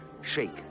shake